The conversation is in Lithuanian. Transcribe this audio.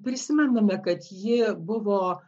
prisimename kad ji buvo